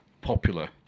popular